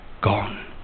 gone